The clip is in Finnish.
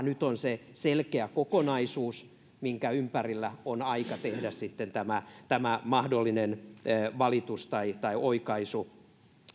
nyt on se selkeä kokonaisuus minkä ympärillä on aika tehdä tämä tämä mahdollinen valitus tai tai oikaisu